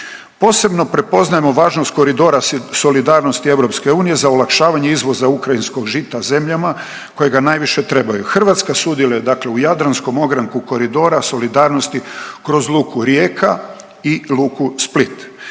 Posebno prepoznajemo važnost koridora solidarnosti EU za olakšavanje izvoza ukrajinskog žita zemljama koje ga najviše trebaju. Hrvatska sudjeluje dakle u jadranskom ogranku koridora solidarnosti kroz luku Rijeka i luku Split.